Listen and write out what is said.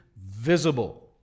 visible